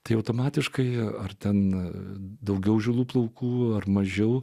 tai automatiškai ar ten daugiau žilų plaukų ar mažiau